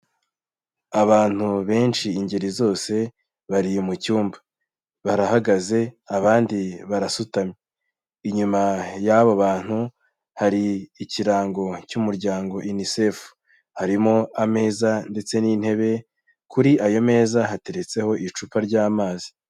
Abantu benshi ingeri zose bari mucyumba, barahagaze, abandi barasutamye, inyuma y'abo bantu hari ikirango cy'umuryango Unicef, harimo ameza ndetse n'intebe, kuri ayo meza hateretseho icupa ry'amazi.